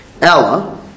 Ella